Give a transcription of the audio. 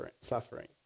suffering